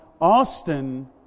Austin